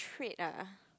trait ah